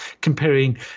comparing